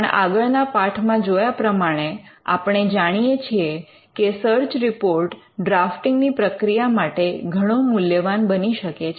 પણ આગળના પાઠમાં જોયા પ્રમાણે આપણે જાણીએ છીએ કે સર્ચ રિપોર્ટ ડ્રાફ્ટીંગ ની પ્રક્રિયા માટે ઘણો મૂલ્યવાન બની શકે છે